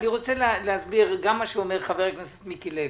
אני רוצה להסביר גם את מה שאומר חבר הכנסת מיקי לוי: